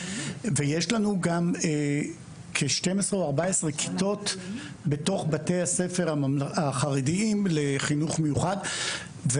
ויש לנו גם כ-12 או 14 כיתות בתוך בתי הספר החרדיים לחינוך מיוחד.